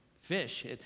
fish